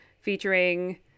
Featuring